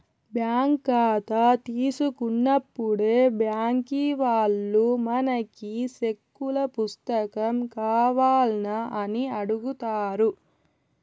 bank కాతా తీసుకున్నప్పుడే బ్యాంకీ వాల్లు మనకి సెక్కుల పుస్తకం కావాల్నా అని అడుగుతారు